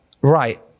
right